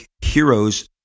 heroes